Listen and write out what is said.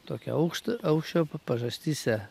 tokio aukšt aukščio pažastyse